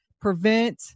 prevent